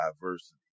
diversity